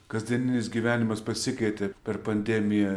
kasdieninis gyvenimas pasikeitė per pandemiją